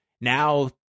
now